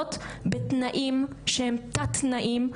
מאושפזות בתנאים שהם תת-תנאים.